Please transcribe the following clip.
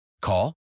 Call